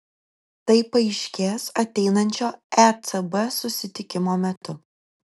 tai paaiškės ateinančio ecb susitikimo metu